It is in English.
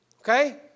Okay